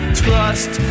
trust